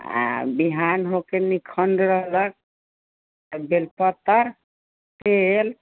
आ बिहान हो कऽ निखण्ड रहलक तऽ बेलपत्रके